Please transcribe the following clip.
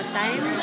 time